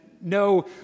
no